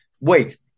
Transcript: Wait